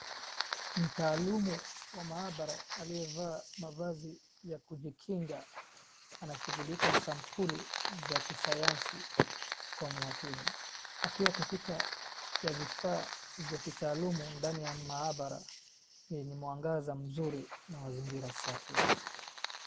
Mtaalamu wa maabara aliyevaa mavazi ya kujikinga, anashughulika sampuli za kisayansi kwa umakini akiwa katika ya vifaa vya kitaalamu ndani ya maabara yenye mwangaza mzuri na mazingira safi.